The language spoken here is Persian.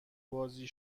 بازی